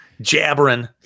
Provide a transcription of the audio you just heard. Jabbering